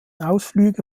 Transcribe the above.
ausflüge